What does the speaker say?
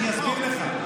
אני אסביר לך.